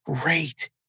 Great